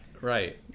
right